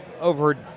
over